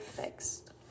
fixed